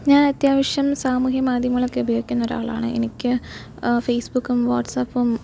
ഞാൻ അത്യാവശ്യം സാമൂഹ്യമാധ്യമങ്ങളൊക്കെ ഉപയോഗിക്കുന്ന ഒരാളാണ് എനിക്ക് ഫേസ്ബുക്കും വാട്സ്ആപ്പും